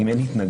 אם אין התנגדות,